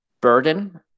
burden